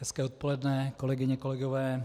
Hezké odpoledne, kolegyně, kolegové.